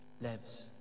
lives